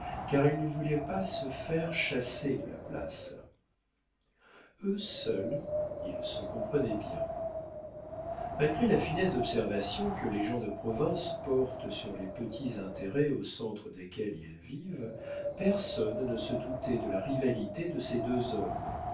car il ne voulait pas se faire chasser de la place eux seuls ils se comprenaient bien malgré la finesse d'observation que les gens de province portent sur les petits intérêts au centre desquels ils vivent personne ne se doutait de la rivalité de ces deux hommes